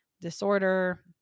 disorder